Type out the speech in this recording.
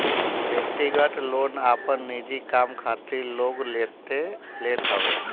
व्यक्तिगत लोन आपन निजी काम खातिर लोग लेत हवे